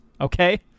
okay